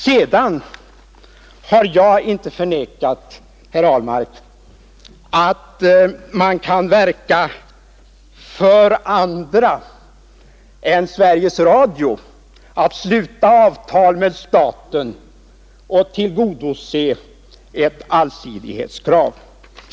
Sedan har jag inte förnekat, herr Ahlmark, att man kan verka för att andra än Sveriges Radio får sluta avtal med staten och tillgodose ett allsidighetskrav.